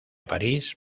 parís